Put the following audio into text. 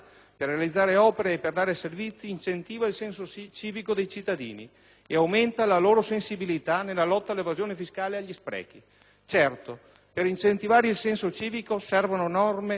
per realizzare opere o per dare servizi incentiva il senso civico dei cittadini e aumenta la loro sensibilità nella lotta all'evasione fiscale e agli sprechi. Certo, per incentivare il senso civico servono norme